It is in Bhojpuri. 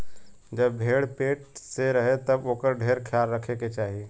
जब भेड़ पेट से रहे तब ओकर ढेर ख्याल रखे के चाही